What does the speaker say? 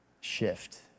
shift